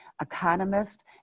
economist